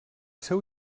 seu